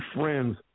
friends